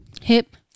Hip